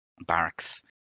barracks